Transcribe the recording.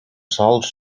sòls